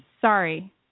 sorry